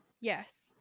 yes